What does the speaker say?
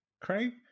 Craig